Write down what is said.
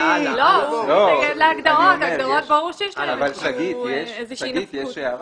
אבל יש הערה.